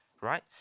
right